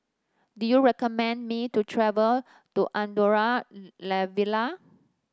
do you recommend me to travel to Andorra La Vella